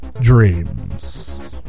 Dreams